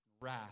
Wrath